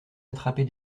attrapée